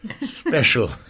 special